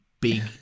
big